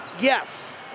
yes